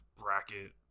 bracket